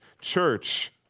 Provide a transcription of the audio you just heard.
church